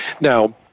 Now